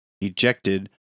ejected